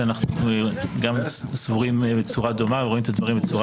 שאנחנו גם סבורים בצורה דומה ורואים את הדברים בצורה